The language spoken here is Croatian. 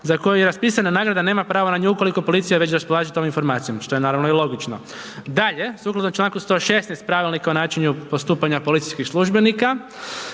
za koju je raspisana nagrada na nju ukoliko policija već raspolaže tom informacijom, što je naravno i logično. Dalje, sukladno čl. 116. Pravilnika o načinu postupanja policijskih službenika,